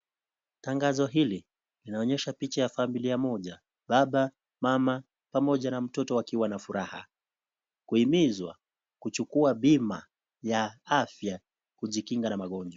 Tangazo hili linaonyesha picha ya familia moja. Baba, mama pamoja na mtoto wakiwa na furaha. Kuhimizwa, kuchukua bima ya afya kujikinga na magonjwa.